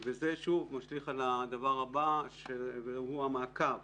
זה משליך גם על הדבר הבא, והוא המעקב.